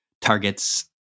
targets